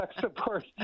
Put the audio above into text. support